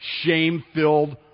shame-filled